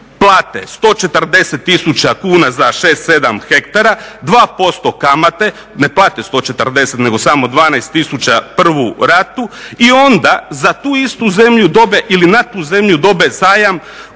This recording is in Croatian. plate 140 tisuća kuna za 6, 7 hektara, 2% kamate, ne plate 140 nego samo 12 tisuća prvu ratu i onda za tu istu zemlju dobe ili na tu zemlju dobe zajam